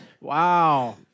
Wow